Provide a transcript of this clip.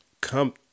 come